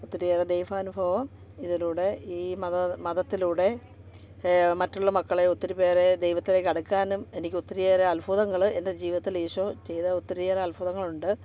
ഒത്തിരിയേറെ ദൈവാനുഭവം ഇതിലൂടെ ഈ മത മതത്തിലൂടെ മറ്റുള്ള മക്കളെ ഒത്തിരി പേരെ ദൈവത്തിലേക്കടുക്കാനും എനിക്കൊത്തിരി ഏറെ അത്ഭുതങ്ങൾ എന്റെ ജീവിതത്തിൽ ഈശോ ചെയ്ത ഒത്തിരിയേറെ അത്ഭുതങ്ങളുണ്ട്